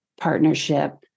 partnership